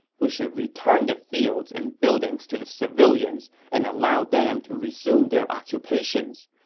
we should return the fields and buildings to the civilians and allow them to resume their occupations.